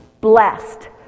Blessed